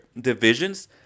divisions